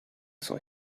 soy